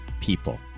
people